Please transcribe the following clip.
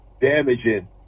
damaging